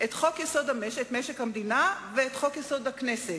חוק-יסוד: משק המדינה וחוק-יסוד: הכנסת.